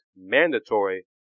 mandatory